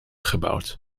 gebouwd